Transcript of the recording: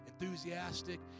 enthusiastic